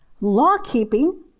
law-keeping